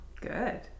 Good